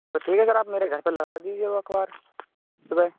तो ठीक है सर आप मेरे घर पर लगा दीजिए वो अख़बार सुबह